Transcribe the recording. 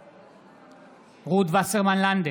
בעד רות וסרמן לנדה,